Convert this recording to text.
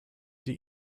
die